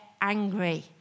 angry